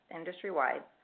industry-wide